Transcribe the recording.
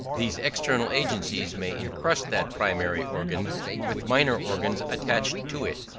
these external agencies may encrust that primary organ with minor organs attached to it.